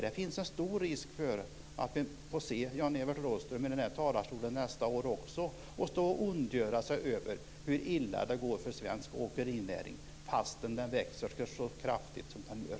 Det finns en stor risk att vi också nästa år får se Jan-Evert Rådhström i talarstolen och ondgöra sig över hur illa det går för svensk åkerinäring fastän den växer så kraftigt som den gör.